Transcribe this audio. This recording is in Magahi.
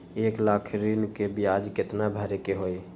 एक लाख ऋन के ब्याज केतना भरे के होई?